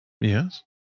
Yes